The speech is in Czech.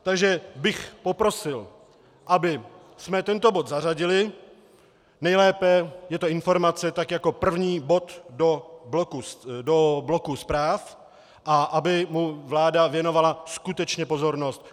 Takže bych poprosil, abychom tento bod zařadili, nejlépe je to informace tak jako první bod do bloku zpráv a aby mu vláda věnovala skutečně pozornost.